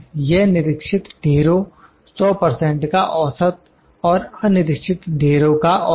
यह निरीक्षित ढेरों 100 का औसत और अनिरीक्षित ढेरों का औसत